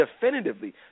definitively